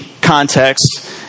context